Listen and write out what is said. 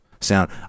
sound